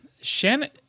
Shannon